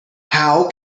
how